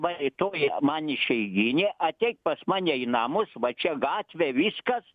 va rytoj man išeiginė ateik pas mane į namus va čia gatvė viskas